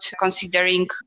considering